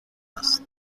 است